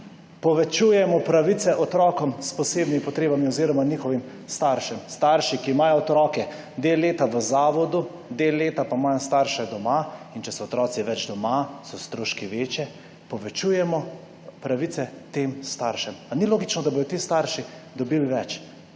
Povečujemo pravice otrokom s posebnimi potrebami oziroma njihovim staršem. Starši, ki imajo otroke del leta v zavodu, del leta pa imajo starše doma, in če so otroci več doma, so stroški večji, povečujemo pravice tem staršem. A ni logično, da bodo te straši dobili več?